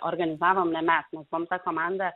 organizavom ne mes buvom ta komanda